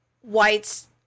whites